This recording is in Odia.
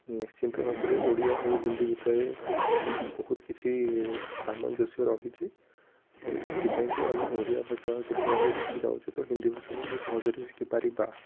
ନିଶ୍ଚିନ୍ତ ଭାବରେ ଓଡ଼ିଆ ଆଉ ହିନ୍ଦୀ ଭିତରେ ନୁ ବହୁତ କିଛି ସାମଞ୍ଜସ୍ୟ ରହିଛି ଆଉ ଏଥିପାଇଁ କି ଆମେ ଓଡ଼ିଆ ଭାଷା ଯଦି ଆମେ ଶିଖିଯାଉଛେ ତ ହିନ୍ଦୀଭାଷା ବି ଆମେ ସହଜରେ ଶିଖିପାରିବା